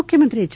ಮುಖ್ಯಮಂತ್ರಿ ಎಚ್